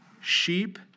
sheep